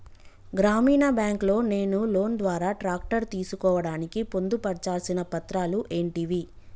గ్రామీణ బ్యాంక్ లో నేను లోన్ ద్వారా ట్రాక్టర్ తీసుకోవడానికి పొందు పర్చాల్సిన పత్రాలు ఏంటివి?